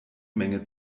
menge